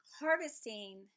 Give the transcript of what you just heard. harvesting